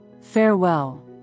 farewell